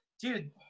dude